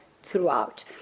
throughout